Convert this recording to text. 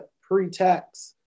pre-tax